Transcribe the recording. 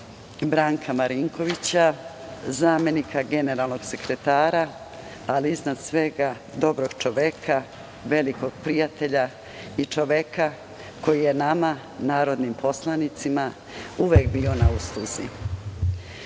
Branka Marinkovića, zamenika generalnog sekretara, ali iznad svega dobrog čoveka, velikog prijatelja i čoveka koji je nama narodnim poslanicima uvek bio na usluzi. Odbor